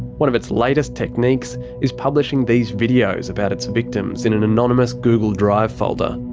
one of its latest techniques is publishing these videos about its victims in an anonymous google drive folder,